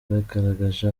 bagaragaje